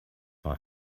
war